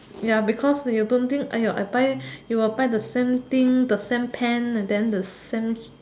ya because you don't think you will buy the same thing the same pant and then the same